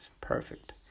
Perfect